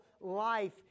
life